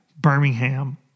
Birmingham